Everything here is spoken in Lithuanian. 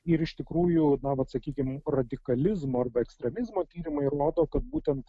ir iš tikrųjų na vat sakykim radikalizmo arba ekstremizmo tyrimai rodo kad būtent